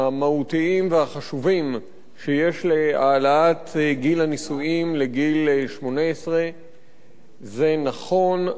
המהותיים והחשובים שיש להעלאת גיל הנישואים לגיל 18. זה נכון,